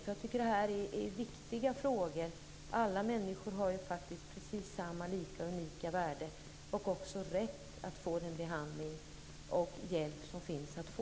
Jag tycker att det här är viktiga frågor. Alla människor har ju faktiskt precis samma lika och unika värde och också rätt att få den behandling och hjälp som finns att få.